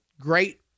great